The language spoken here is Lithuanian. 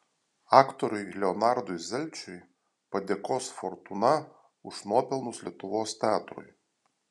aktoriui leonardui zelčiui padėkos fortūna už nuopelnus lietuvos teatrui